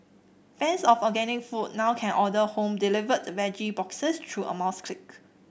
fans of organic food now can order home delivered veggie boxes through a mouse click